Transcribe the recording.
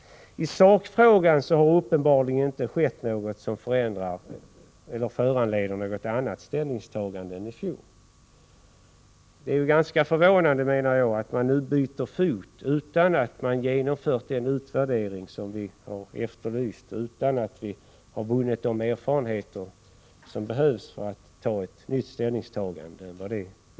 I sakfrågan har uppenbarligen inte skett något som föranleder något annat ställningstagande än i fjol. Det är ju ganska förvånande, menar jag, att moderaterna nu byter fot utan att man genomfört den utvärdering som vi har efterlyst och utan att vi har vunnit de erfarenheter som behövs för ett nytt ställningstagande.